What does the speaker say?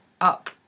up